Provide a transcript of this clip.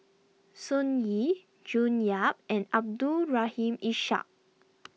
Sun Yee June Yap and Abdul Rahim Ishak